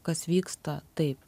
kas vyksta taip